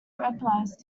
recognise